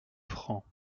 francs